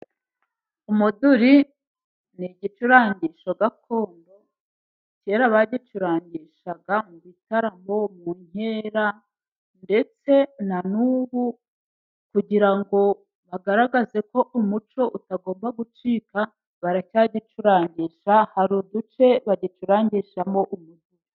Umuduri ni igicurangisho gakondo. Kera bagicurangishaga mu bitaramo, mu nkera, ndetse na nubu kugira ngo bagaragaze ko umuco utagomba gucika, baracyagicurangisha. Hari uduce bagicurangishamo umuriro.